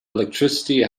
electricity